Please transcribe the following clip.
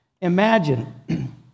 Imagine